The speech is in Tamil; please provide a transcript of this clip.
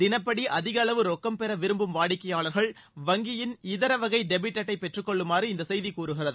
தினப்படி அதிக அளவு ரொக்கம் பெற விரும்பும் வாடிக்கையாளர்கள் வங்கியின் இதரவகை டெபிட் அட்டை பெற்றுக்கொள்ளுமாறு இந்த செய்தி கூறுகிறது